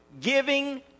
giving